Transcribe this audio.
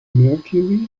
mercury